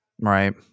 Right